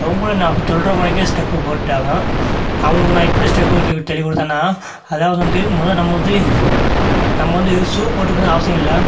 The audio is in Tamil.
அவங்களும் நான் சொல்கிற மாரிக்கே ஸ்டெப்பு போட்டாங்க அவங்களுக்கு நான் எப்படி ஸ்டெப்பு சொல்லிக்கொடு சொல்லிக் கொடுத்தேன்னா அதாவது வந்து மொதல் நம்ம வந்து நம்ம வந்து சூ போட்டுக்கணும்னு அவசியம் இல்லை